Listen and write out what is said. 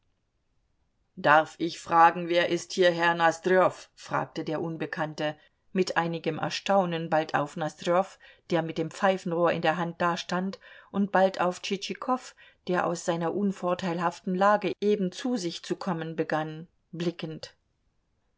darf ich fragen wer ist hier herr nosdrjow fragte der unbekannte mit einigem erstaunen bald auf nosdrjow der mit dem pfeifenrohr in der hand dastand und bald auf tschitschikow der aus seiner unvorteilhaften lage eben zu sich zu kommen begann blickend